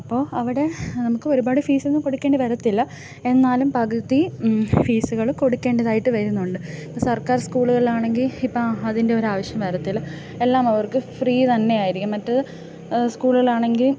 അപ്പോൾ അവിടെ നമുക്ക് ഒരുപാട് ഫീസൊന്നും കൊടുക്കേണ്ടി വരത്തില്ല എന്നാലും പകുതി ഫീസുകൾ കൊടുക്കേണ്ടതായിട്ട് വരുന്നുണ്ട് ഇപ്പോൾ സർക്കാർ സ്കൂളുകളിൽ ആണെങ്കിൽ ഇപ്പോൾ അതിൻ്റെ ഒരാവശ്യം വരത്തില്ല എല്ലാം അവർക്ക് ഫ്രീ തന്നെ ആയിരിക്കും മറ്റേത് സ്കൂളുകളാണെങ്കിൽ